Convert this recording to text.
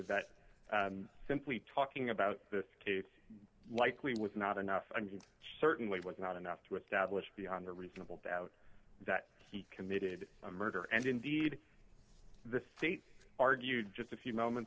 that simply talking about this case likely with not enough i mean certainly was not enough to establish beyond a reasonable doubt that he committed a murder and indeed the state argued just a few moments